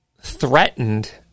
threatened